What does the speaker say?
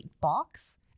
box